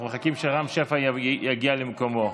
אנחנו מחכים שרם שפע יגיע למקומו.